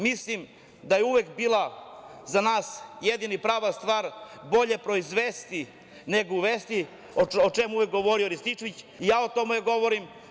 Mislim da je uvek bila za nas jedina i prava stvar bolje proizvesti nego uvesti, o čemu je govorio Rističević i ja o tome govorim.